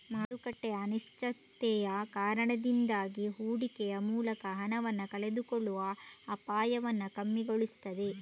ಮಾರುಕಟ್ಟೆಯ ಅನಿಶ್ಚಿತತೆಯ ಕಾರಣದಿಂದಾಗಿ ಹೂಡಿಕೆಯ ಮೂಲಕ ಹಣವನ್ನ ಕಳೆದುಕೊಳ್ಳುವ ಅಪಾಯವನ್ನ ಕಮ್ಮಿಗೊಳಿಸ್ತದೆ